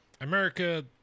America